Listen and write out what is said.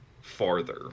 farther